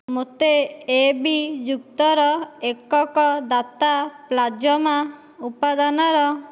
ମୋତେ A B ଯୁକ୍ତର ଏକକ ଦାତା ପ୍ଲାଜମା ଉପାଦାନର